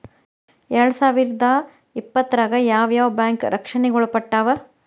ಎರ್ಡ್ಸಾವಿರ್ದಾ ಇಪ್ಪತ್ತ್ರಾಗ್ ಯಾವ್ ಯಾವ್ ಬ್ಯಾಂಕ್ ರಕ್ಷ್ಣೆಗ್ ಒಳ್ಪಟ್ಟಾವ?